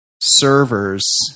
servers